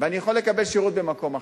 ואני יכול לקבל שירות במקום אחר.